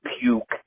puke